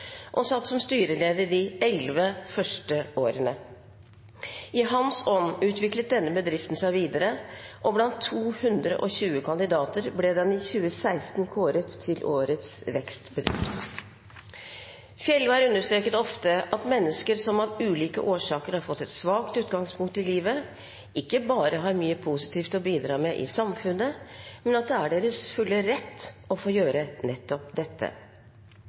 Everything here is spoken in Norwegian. og satt som styreleder de elleve første årene. I hans ånd utviklet denne bedriften seg videre, og blant 220 kandidater ble den i 2016 kåret til «Årets vekstbedrift». Fjeldvær understreket ofte at mennesker som av ulike årsaker har fått et svakt utgangspunkt i livet, ikke bare har mye positivt å bidra med i samfunnet, men at det er deres fulle rett å få gjøre nettopp dette.